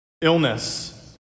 illness